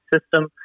system